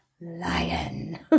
lion